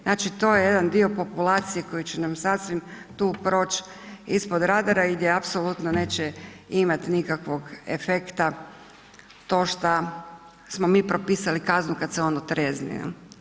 Znači to je jedan dio populacije koji će nas sasvim tu proći ispod radara i gdje apsolutno neće imati nikakvog efekta to šta smo mi propisali kaznu kad se on otrijeznio.